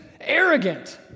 arrogant